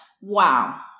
wow